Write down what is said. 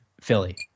Philly